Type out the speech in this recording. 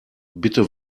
bitte